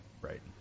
right